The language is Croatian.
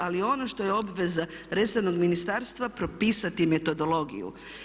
Ali i ono što je obveza resornog ministarstva propisati metodologiju.